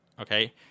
okay